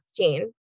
2016